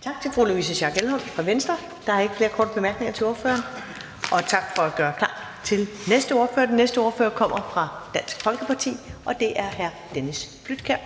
Tak til fru Louise Schack Elholm fra Venstre. Der er ikke flere korte bemærkninger til ordføreren. Og tak for at gøre klar til næste ordfører. Den næste ordfører kommer fra Dansk Folkeparti, og det er hr. Dennis Flydtkjær.